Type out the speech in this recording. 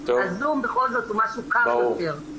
הזום בכל זאת הוא משהו קר יותר.